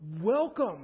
Welcome